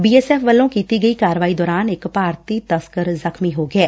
B S F ਵੱਲੋਂ ਕੀਤੀ ਗਈ ਕਾਰਵਾਈ ਦੌਰਾਨ ਇਕ ਭਾਰਤੀ ਸਮੱਗਲਰ ਜੁਖ਼ਮੀ ਹੋ ਗਿਐ